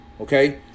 Okay